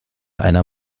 einer